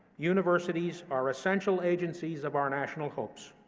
universities are essential agencies of our national hopes,